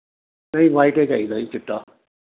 ਨਹੀਂ ਵ੍ਹਾਈਟ ਹੀ ਚਾਹੀਦਾ ਜੀ ਚਿੱਟਾ